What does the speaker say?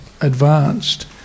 advanced